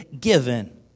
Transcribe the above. given